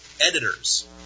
editors